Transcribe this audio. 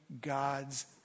God's